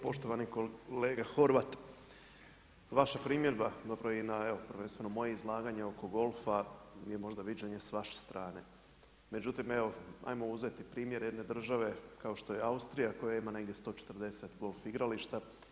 Poštovani kolega Horvat, vaša primjedba zapravo prvenstveno moje izlaganje oko golfa je možda viđenje se vaše strane međutim evo ajmo uzeti primjer jedne države kao što je Austrija koja ima negdje 140 golf igrališta.